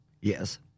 Yes